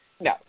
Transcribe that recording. No